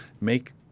make